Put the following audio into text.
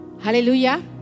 Hallelujah